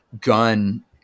gun